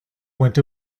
went